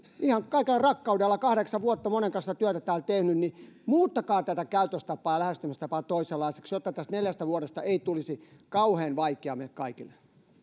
ihan kaikella rakkaudella kun kahdeksan vuotta monen kanssa työtä täällä olen tehnyt muuttakaa tätä käytöstapaa ja lähestymistapaa toisenlaiseksi jotta tästä neljästä vuodesta ei tulisi kauhean vaikeaa meille kaikille